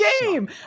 game